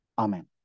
Amen